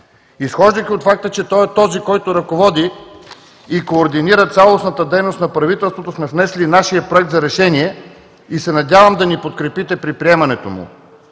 Изхождайки от факта, че той е този, който ръководи и координира цялостната дейност на правителството, сме внесли нашия Проект за решение и се надявам да ни подкрепите при приемането му.